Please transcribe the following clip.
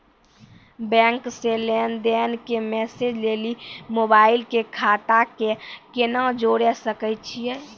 Bank से लेंन देंन के मैसेज लेली मोबाइल के खाता के केना जोड़े सकय छियै?